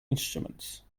instruments